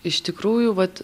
iš tikrųjų vat